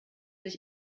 sich